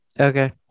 Okay